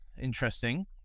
Interesting